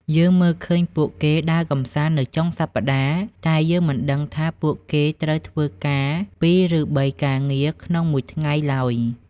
យើងមើលឃើញពួកគេដើរកម្សាន្តនៅចុងសប្តាហ៍ តែយើងមិនដឹងថាពួកគេត្រូវធ្វើការ ២ ឬ ៣ ការងារក្នុងមួយថ្ងៃឡើយ។